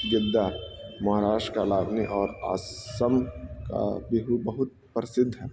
گدا مہاراشٹر کا لاونی اور آسام کا بیہو بہت پرسدھ ہے